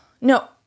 No